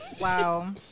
wow